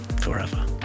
forever